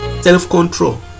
self-control